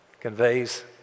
Conveys